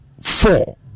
four